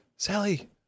Sally